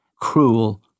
cruel